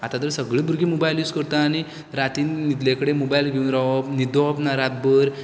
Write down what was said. आतां तर सगळे भुरगे मोबायल यूस करतात आनी रातीन न्हिदले कडेन मोबायल घेवन रावप न्हिदोवप ना रातभर